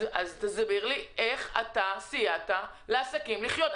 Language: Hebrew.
אז תסביר לי איך אתה סייעת לעסקים לחיות.